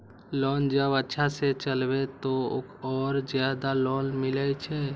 Loan जब अच्छा से चलेबे तो और ज्यादा लोन मिले छै?